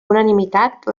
unanimitat